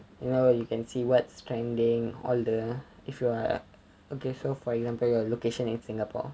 you know you can see what's trending all the if you are okay so for example your location in singapore